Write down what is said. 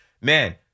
Man